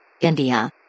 India